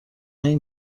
این